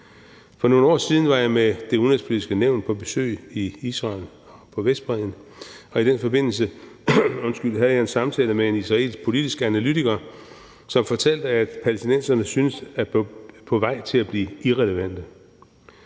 For nogle år siden var jeg med Det Udenrigspolitiske Nævn på besøg i Israel på Vestbredden, og i den forbindelse havde jeg en samtale med en israelsk politisk analytiker, som fortalte, at palæstinenserne syntes at være på vej til at blive irrelevante.